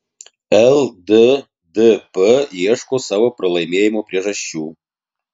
lddp ieško savo pralaimėjimo priežasčių